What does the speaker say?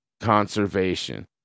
conservation